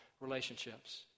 relationships